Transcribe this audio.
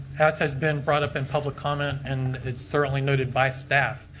has has been brought up in public comment and certainly noted by staff.